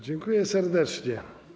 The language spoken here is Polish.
Dziękuję serdecznie.